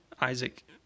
Isaac